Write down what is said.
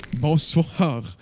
Bonsoir